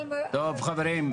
טוב חברים,